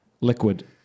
Liquid